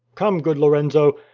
come, good lorenzo.